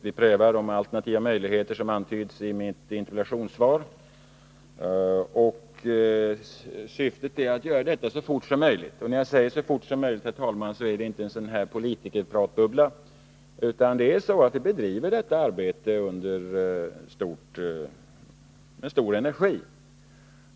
Vi prövar de alternativa möjligheter som antyds i mitt interpellationssvar. Och syftet är att göra detta så fort som möjligt. När jag säger ”så fort som möjligt”, herr talman, är det inte en sådan där politikerpratbubbla, utan vi bedriver detta arbete med mycket stor energi.